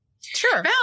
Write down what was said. sure